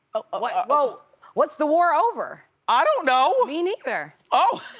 ah like ah what's the war over? i don't know. me neither. ah